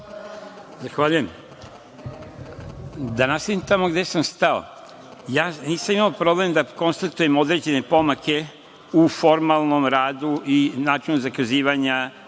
Zahvaljujem. Da nastavim tamo gde sam stao. Nisam imao problem da konstatujem određene pomake u formalnom radu i načinu zakazivanja